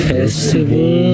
Festival